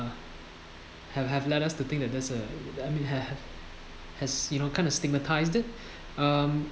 have have led us to think that there's uh I mean have has you know kind of stigmatized it um